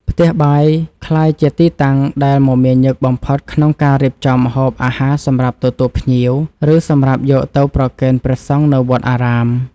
ផ្ទះបាយក្លាយជាទីតាំងដែលមមាញឹកបំផុតក្នុងការរៀបចំម្ហូបអាហារសម្រាប់ទទួលភ្ញៀវ ឬសម្រាប់យកទៅប្រគេនព្រះសង្ឃនៅវត្តអារាម។